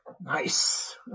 Nice